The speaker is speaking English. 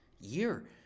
year